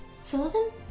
Sullivan